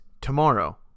tomorrow